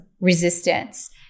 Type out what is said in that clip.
resistance